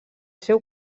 seu